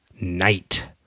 night